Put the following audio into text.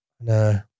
No